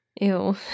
Ew